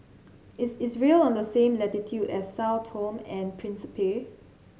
is Israel on the same latitude as Sao Tome and Principe